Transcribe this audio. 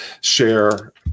share